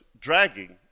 dragging